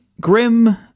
grim